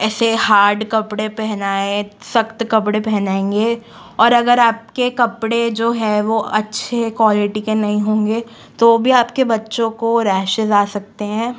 ऐसे हार्ड कपड़े पहनाएँ सख्त कपड़े पहनाएँगे और अगर आपके कपड़े जो है वो अच्छे क्वालिटी के नहीं होंगे तो भी आपके बच्चो को रैशेज़ आ सकते हैं